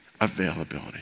availability